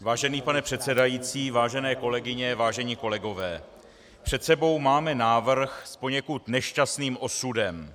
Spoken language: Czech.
Vážený pane předsedající, vážené kolegyně, vážení kolegové, před sebou máme návrh s poněkud nešťastným osudem.